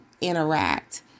interact